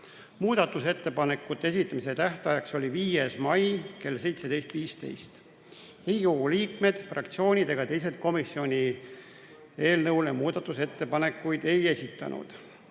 Muudatusettepanekute esitamise tähtaeg oli 5. mai kell 17.15. Riigikogu liikmed, fraktsioonid ega teised komisjonid eelnõu muudatusettepanekuid ei esitanud.